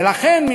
ולכן,